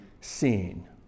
seen